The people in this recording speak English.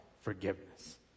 Forgiveness